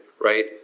right